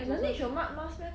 Laneige 有 mud mask meh